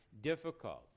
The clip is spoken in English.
difficult